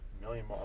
million